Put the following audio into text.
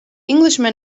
englishman